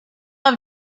have